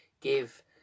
give